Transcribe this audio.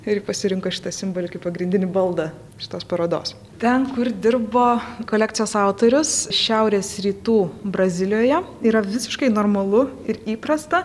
ir ji pasirinko šitą simbolį kaip pagrindinį baldą šitos parodos ten kur dirbo kolekcijos autorius šiaurės rytų brazilijoje yra visiškai normalu ir įprasta